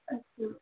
اچھا